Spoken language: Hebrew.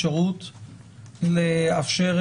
ברור לי למה אתם לא יכולים לתת מכשיר עם קישור אינטרנט לאסיר,